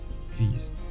fees